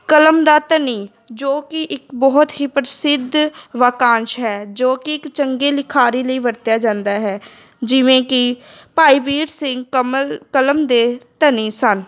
ਕਲਮ ਦਾ ਧਨੀ ਜੋ ਕਿ ਇੱਕ ਬਹੁਤ ਹੀ ਪ੍ਰਸਿੱਧ ਵਾਕੰਸ਼ ਹੈ ਜੋ ਕਿ ਇੱਕ ਚੰਗੇ ਲਿਖਾਰੀ ਲਈ ਵਰਤਿਆ ਜਾਂਦਾ ਹੈ ਜਿਵੇਂ ਕਿ ਭਾਈ ਵੀਰ ਸਿੰਘ ਕਮਲ ਕਲਮ ਦੇ ਧਨੀ ਸਨ